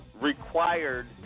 required